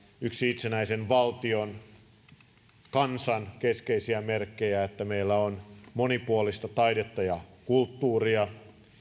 yksi itsenäisen valtion ja kansan keskeisiä merkkejä on että meillä on monipuolista taidetta ja kulttuuria